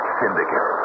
syndicate